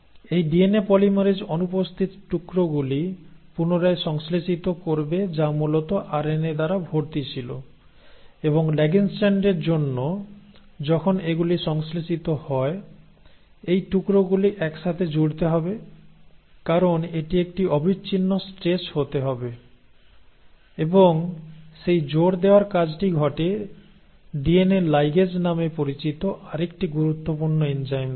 এই DNA polymerase অনুপস্থিত টুকরোগুলি পুনরায় সংশ্লেষিত করবে যা মূলত আরএনএ দ্বারা ভর্তি ছিল এবং ল্যাগিং স্ট্র্যান্ডের জন্য যখন এগুলি সংশ্লেষিত হয় এই টুকরাগুলি একসাথে জুড়তে হবে কারণ এটি একটি অবিচ্ছিন্ন স্ট্রেচ হতে হবে এবং সেই জোড়দেওয়ার কাজটি ঘটে ডিএনএ লাইগেজ নামে পরিচিত আরেকটি গুরুত্বপূর্ণ এনজাইম দ্বারা